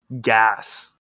gas